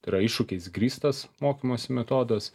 tai yra iššūkiais grįstas mokymosi metodas